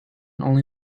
only